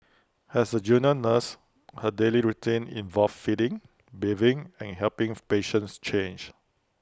as A junior nurse her daily routine involved feeding bathing and helping patients change